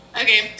Okay